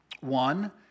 One